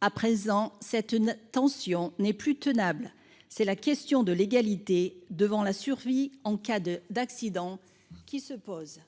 à présent c'est une tension n'est plus tenable. C'est la question de l'égalité devant la survie en cas de d'accident qui se pose.